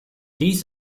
dies